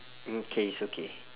okay it's okay